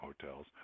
hotels